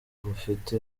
rufite